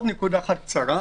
עוד נקודה אחת קצרה.